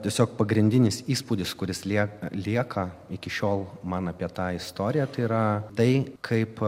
tiesiog pagrindinis įspūdis kuris lieka lieka iki šiol man apie tą istoriją tai yra tai kaip